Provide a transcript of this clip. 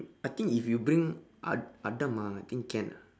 I think if you bring ad~ adam ah I think can ah